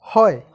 হয়